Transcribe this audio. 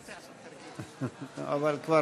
3),